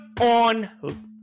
on